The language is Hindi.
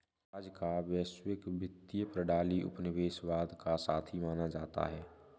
आज का वैश्विक वित्तीय प्रणाली उपनिवेशवाद का साथी माना जाता है